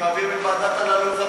מעבירים את ועדת אלאלוף.